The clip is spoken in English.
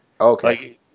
Okay